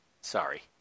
Sorry